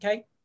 Okay